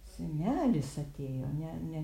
senelis atėjo ne ne